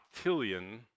octillion